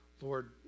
Lord